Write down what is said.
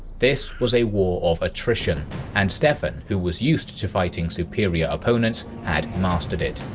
this was a war of attrition and stephen, who was used to fighting superior opponents had mastered it,